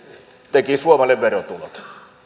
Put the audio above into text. tekivät suomelle verotulot